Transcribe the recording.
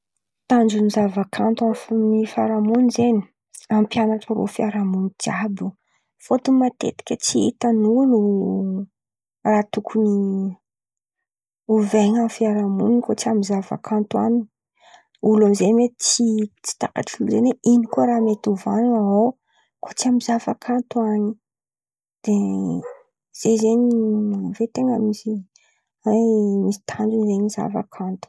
Tanjony zava-kanto amin̈'ny fiaraha-mon̈y zen̈y, ampian̈atra rô fiaraha-mon̈y jiàby io fôtony matetiky tsy hitan̈'olo raha tokony ovain̈y amin̈'ny fiaraha-mon̈ina koa tsy amin̈'ny zava-kanto. An̈y olo amizay mety tsy tsy takatrin̈'olo hoe ino koa raha mety ovain̈a ao koa tsy amin̈'ny zava-kanto an̈y, de ze zen̈y avian̈y, ten̈a misy tanjon̈o zen̈y zava-kanto.